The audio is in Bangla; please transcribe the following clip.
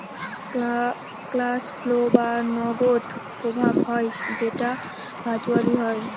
ক্যাস ফ্লো বা নগদ প্রবাহ হল যেটা ভার্চুয়ালি হয়